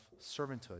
servanthood